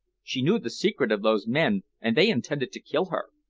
she knew the secret of those men, and they intended to kill her.